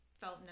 felt